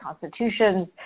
constitutions